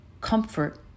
comfort